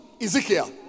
Ezekiel